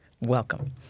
Welcome